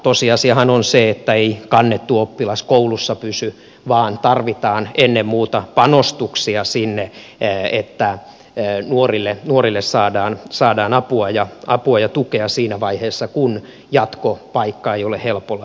tosiasiahan on se että ei kannettu oppilas koulussa pysy vaan tarvitaan ennen muuta panostuksia sinne että nuorille saadaan apua ja tukea siinä vaiheessa kun jatkopaikka ei ole helpolla löytymässä